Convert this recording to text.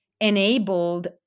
enabled